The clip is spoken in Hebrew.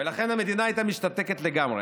ולכן המדינה הייתה משתתקת לגמרי.